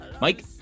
mike